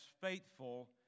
faithful